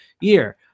year